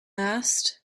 asked